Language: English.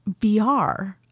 VR